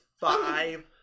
five